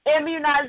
Immunization